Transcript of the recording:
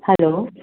hello